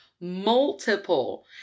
multiple